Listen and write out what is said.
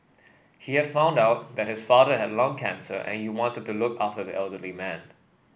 he had found out that his father had lung cancer and he wanted to look after the elderly man